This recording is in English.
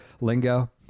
lingo